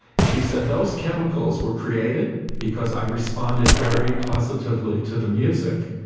she said those chemicals were created because i responded very positively to the music,